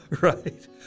right